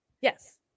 Yes